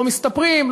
לא מסתפרים,